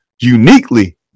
uniquely